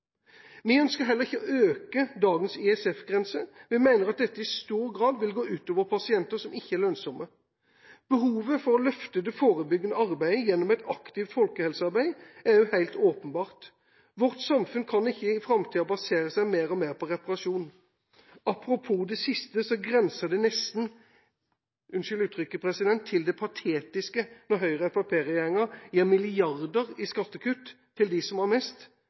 Vi ønsker heller ikke å øke dagens ISF-grense. Vi mener at dette i stor grad vil gå ut over pasienter som ikke er lønnsomme. Behovet for å løfte det forebyggende arbeidet gjennom et aktivt folkehelsearbeid er også helt åpenbart. Vårt samfunn kan ikke i framtida basere seg mer og mer på reparasjon. Apropos det siste: Det grenser nesten – unnskyld uttrykket – til det patetiske når Høyre–Fremskrittsparti-regjeringa gir milliarder i skattekutt til dem som har mest,